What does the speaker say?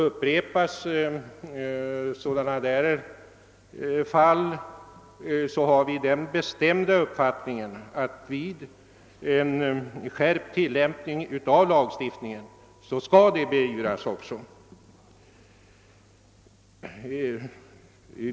Upprepas sådana fall har vi den bestämda uppfattningen att de vid en skärpt tillämpning av lagstiftningen också skall beivras.